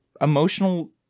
emotional